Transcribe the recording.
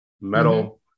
Metal